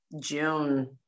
June